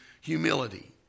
humility